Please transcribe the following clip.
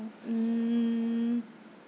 mm